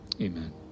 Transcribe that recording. amen